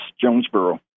Jonesboro